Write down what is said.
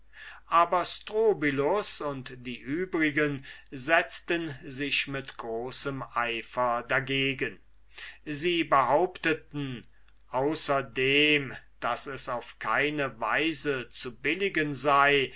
aber strobylus und die übrigen setzten sich mit großem eifer dagegen sie behaupteten außerdem daß es auf keine weise zu billigen sei